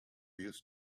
used